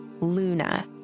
Luna